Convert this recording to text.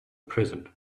present